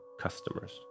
customers